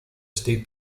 state